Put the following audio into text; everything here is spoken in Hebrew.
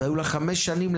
והיו לה חמש שנים,